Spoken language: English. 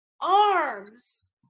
arms